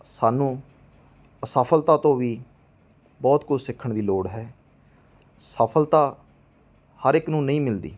ਸਾਨੂੰ ਅਸਫਲਤਾ ਤੋਂ ਵੀ ਬਹੁਤ ਕੁਛ ਸਿੱਖਣ ਦੀ ਲੋੜ ਹੈ ਸਫਲਤਾ ਹਰ ਇੱਕ ਨੂੰ ਨਹੀਂ ਮਿਲਦੀ